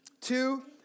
Two